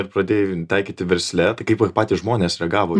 ir pradėjai taikyti versle kaip vat patys žmonės reagavo